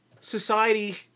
society